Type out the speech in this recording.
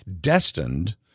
destined